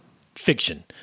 Fiction